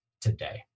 today